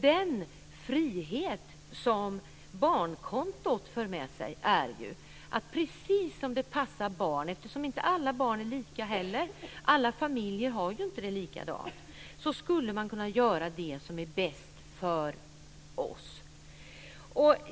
Den frihet som barnkontot för med sig är ju att i enlighet med det som passar barnet - alla barn är ju inte lika, och alla familjer har det inte heller lika bra - kan vi göra det som är bäst för oss.